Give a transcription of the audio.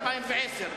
2010,